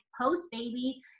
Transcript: post-baby